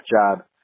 job